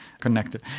connected